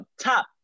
Top